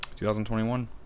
2021